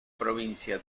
provincia